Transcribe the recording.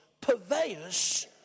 purveyors